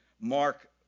Mark